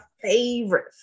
favorite